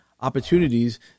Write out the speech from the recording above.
opportunities